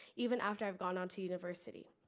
even after i've gone on to university,